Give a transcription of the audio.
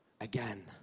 Again